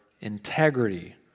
integrity